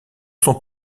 son